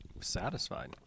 satisfied